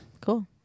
Cool